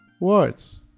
words